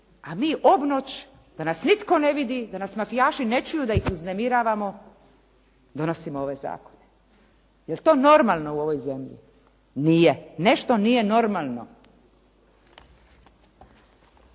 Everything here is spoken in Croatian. A mi obnoć da nas nitko ne vidi, da nas mafijaši ne čuju da ih uznemiravano donosimo ove zakone. Jeli to normalno u ovoj zemlji? Nije. Nešto nije normalno.